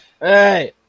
Hey